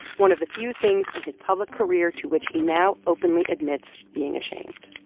one of the few things in his public career to which he now openly admits being ashamed.